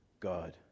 God